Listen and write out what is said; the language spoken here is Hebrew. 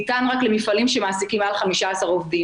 ניתן רק למפעלים שמעסיקים מעל 15 עובדים.